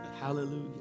Hallelujah